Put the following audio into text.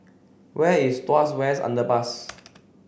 where is Tuas West Underpass